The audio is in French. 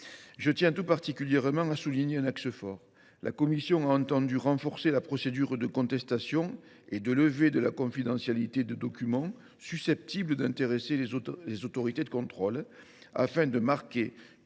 je tiens tout particulièrement à souligner un point qui me semble essentiel : la commission a entendu renforcer la procédure de contestation et de levée de la confidentialité des documents susceptibles d’intéresser les autorités de contrôle, afin de marquer